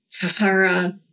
tahara